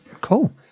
cool